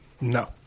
No